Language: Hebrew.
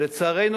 לצערנו,